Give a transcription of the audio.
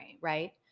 Right